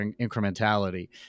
incrementality